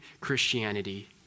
Christianity